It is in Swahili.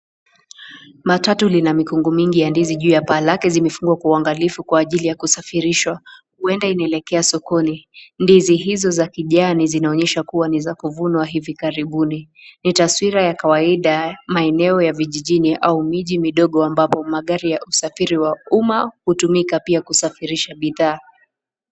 Matatu lina mikungu mingi ya ndizi juu ya paa lake, zimefungwa kwa uangalifu kwa ajili ya kusafirishwa. Huenda zinaelekea sokoni, ndizi hizo za kijani zinaonyesha kuwa ni za kuvunwa hivi karibuni, ni taswira ya kawaida maeneo ya vijijini au miji midogo ambapo magari ya usafiri wa umma hutumika pia kusafirisha bidhaa.